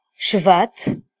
Shvat